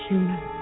Human